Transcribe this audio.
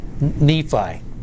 Nephi